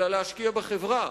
אלא להשקיע בחברה.